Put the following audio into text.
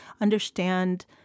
understand